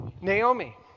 Naomi